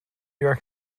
york